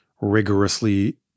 rigorously